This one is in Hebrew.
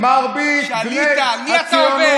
על מי אתה עובד?